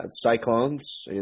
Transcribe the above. cyclones